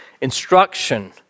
instruction